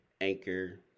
Anchor